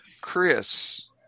Chris